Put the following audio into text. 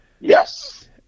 Yes